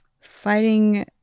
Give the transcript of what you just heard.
Fighting